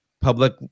public